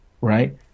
right